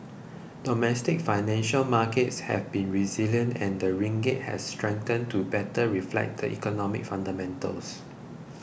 domestic financial markets have been resilient and the ringgit has strengthened to better reflect the economic fundamentals